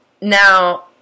now